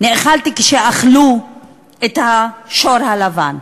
נאכלתי כשאכלו את השור הלבן).